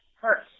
hurts